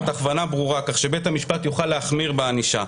הכוונה ברורה כך שבית המשפט יוכל להחמיר בענישה.